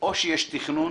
או שיש תכנון